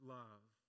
love